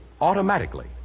automatically